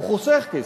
הוא חוסך כסף,